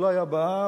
אולי הבאה,